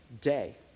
day